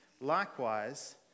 Likewise